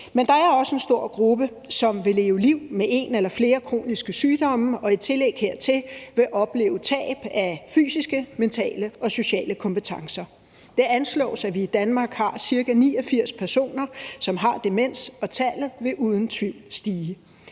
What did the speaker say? Men der er også en stor gruppe, som vil leve liv med en eller flere kroniske sygdomme og i tillæg hertil vil opleve tab af fysiske, mentale og sociale kompetencer. Det anslås, at vi i Danmark har ca. 89.000 personer, som har demens, og tallet vil uden tvivl stige.